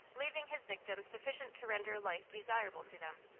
leaving his victims sufficient to render life desirable to them.